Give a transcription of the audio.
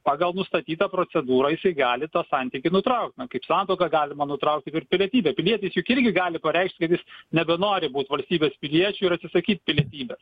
pagal nustatytą procedūrą jisai gali tą santykį nutraukt na kaip santuoką galima nutraukt taip ir pilietybę pilietis juk irgi gali pareikšt kad jis nebenori būti valstybės piliečiu ir atsisakyt pilietybės